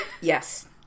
Yes